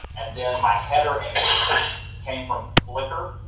and then my header and came from flickr.